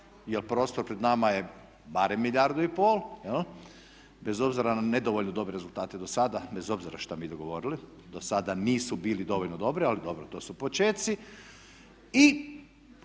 jer prostor pred nama je barem milijardu i pol bez obzira na nedovoljno dobre rezultate do sada, bez obzira šta mi dogovorili. Do sada nisu bili dovoljno dobri, ali dobro to su počeci.